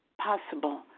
possible